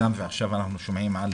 ועכשיו אנחנו שומעים על